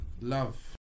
Love